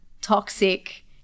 toxic